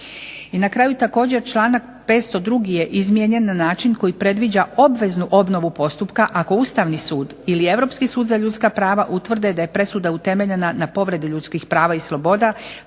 I na kraju također članak 502. je izmijenjen na način koji predviđa obvezu obnovu postupka ako Ustavni sud ili Europski sud za ljudska prava utvrde da je presuda utemeljena na povredi ljudskih prava i sloboda